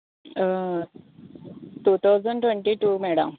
two thousand twenty two madam